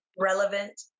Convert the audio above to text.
Relevant